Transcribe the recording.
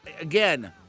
again